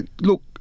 look